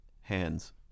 hands